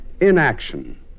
inaction